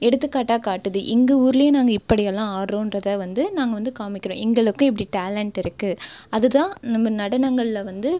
எடுத்துக்காட்டாக காட்டுது இங்கே ஊருலேயும் நாங்கள் இப்படியெல்லாம் ஆடுகிறோன்றத வந்து நாங்கள் வந்து காமிக்கிறோம் எங்களுக்கும் இப்படி டேலண்ட் இருக்குது அது தான் நம்ம நடனங்களில் வந்து